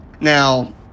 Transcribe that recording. Now